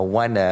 one